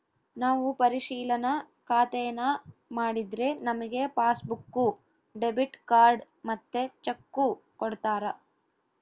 ನಾವು ಪರಿಶಿಲನಾ ಖಾತೇನಾ ಮಾಡಿದ್ರೆ ನಮಿಗೆ ಪಾಸ್ಬುಕ್ಕು, ಡೆಬಿಟ್ ಕಾರ್ಡ್ ಮತ್ತೆ ಚೆಕ್ಕು ಕೊಡ್ತಾರ